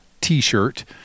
T-shirt